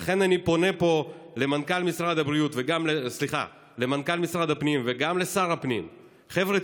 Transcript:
לכן אני פונה פה למנכ"ל משרד הפנים וגם לשר הפנים: חבר'ה,